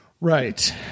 Right